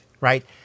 right